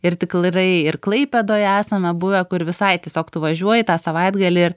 ir tikrai ir klaipėdoje esame buvę kur visai tiesiog tu važiuoji tą savaitgalį